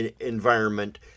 environment